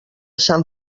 sant